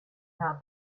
how